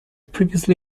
previously